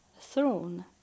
throne